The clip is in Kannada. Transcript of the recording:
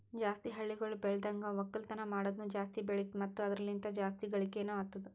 ಜಾಸ್ತಿ ಹಳ್ಳಿಗೊಳ್ ಬೆಳ್ದನ್ಗ ಒಕ್ಕಲ್ತನ ಮಾಡದ್ನು ಜಾಸ್ತಿ ಬೆಳಿತು ಮತ್ತ ಅದುರ ಲಿಂತ್ ಜಾಸ್ತಿ ಗಳಿಕೇನೊ ಅತ್ತುದ್